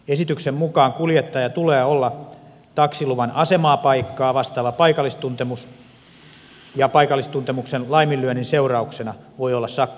esityksen mukaan kuljettajalla tulee olla taksiluvan asemapaikkaa vastaava paikallistuntemus ja paikallistuntemuksen laiminlyönnin seurauksena voi olla sakkorangaistus